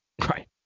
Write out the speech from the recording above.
right